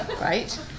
right